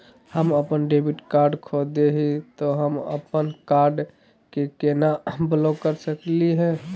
हम अपन debit card खो दे ही, त हम अप्पन कार्ड के केना ब्लॉक कर सकली हे?